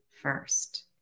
first